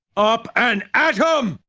up! and! atom!